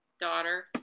daughter